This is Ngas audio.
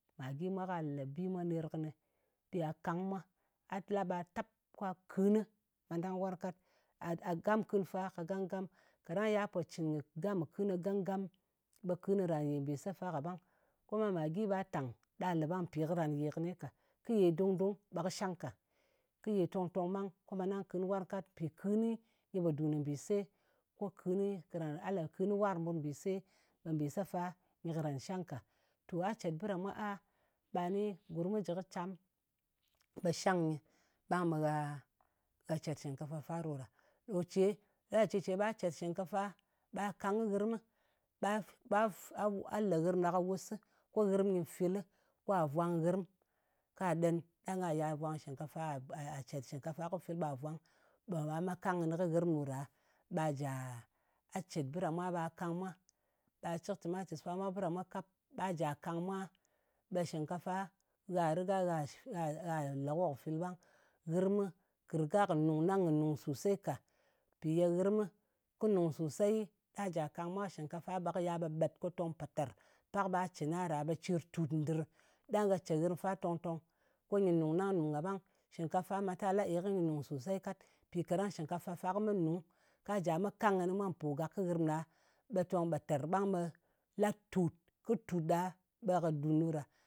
maggi marala bi mwa kà le bi mwa nèr kɨnɨ. Bi a kang mwa. A la ɓa tap. kwa kɨɨnɨ, mantang warng kat. A gam kɨn fa ka gam-gam. Kaɗang ya pò cɨn kɨ gam kɨ kɨn ka gam-gam, ɓe kɨn karan yè mbìse fa kaɓang. Kuma magi ɓa tàng ɗà le ɓang. Mpì karan yè kɨni ka. Kɨ yè dungdung ɓe kɨ shang ka. Kɨ yè tong-tong ɓang, ko mantang kɨn warng kat. Mpì kɨɨni, nyɨ pò dùn kɨ mbìse. Ko kɨɨnɨ kara a le kɨn warng mɓut mbìse, ɓe mbìse fa nyɨ karan shang ka. To a cèt bɨ ɗa mwa a, ɓa ni gurm kɨ jɨ kɨ cam ɓe shang nyɨ, ɓang ɓe gha cèt shɨ̀ngkafa fa ɗo ɗa. Ko ce, la ci ce ɓa cet shɨngkafa ɓa kang kɨ nghɨrmɨ. Ɓa fɨ le nghɨrm ɗa ka wusɨ, ko nghɨrm nyɨ fil, kwa vwang nghɨrm, ka ɗen, ɗang ka ya vwang shɨngkafa, gha cèt shɨngkafa ko kɨ fil ɓa vwang, ɓe ghà me kang kɨnɨ kɨ nghɨrm ɗo ɗa, ɓa jàà, a cet bɨ ɗa mwa ɓa kang mwa. Ɓa cɨk tɨmatɨs fa mwa, kɨ bɨ ɗa mwa kap, ɓa jà kang mwa, ɓe shɨngkafa, gha rɨga gha gha le ko kɨ fil ɓang. Nghɨrmɨ, kɨ riga kɨ nùng ɗang kɨ nùng sosei ka. Mpì ye nghɨrmɨ kɨ nung sosei, a jà kang mwa kɨ shɨngkafa, ɓe kɨ yal ɓe ɓet, ko tong pètèr. Pak ɓa cɨn a ɗa ɓe cir tùt ndɨrɨ. Ɗang gha ce nghɨrm fa tòng-tòng. Ko nyɨ nùng, ɗang nùng kaɓang. Shɨngkafa manta lae kɨ nyɨ nùng sosei kat. Mpì kaɗang shɨngkafa fa kɨ met nung, ka jà me kang kɨnɨ kɨ mpògak kɨ nghɨrm ɗa, ɓe tong ɓètèr ɓang ɓe la tùt. Kɨ tùt ɗa ɓe kɨ dùn ɗo ɗa.